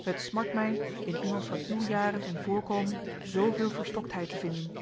het smart mij in iemand van uw jaren en voorkomen zooveel verstoktheid te vinden